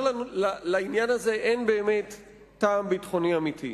כשלעניין הזה אין באמת טעם ביטחוני אמיתי?